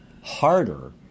Harder